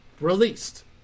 released